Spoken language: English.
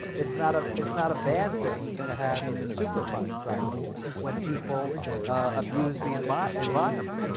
it's not ah it's not a bad thing to have superfund sites when people abuse the and but environment.